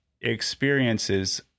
experiences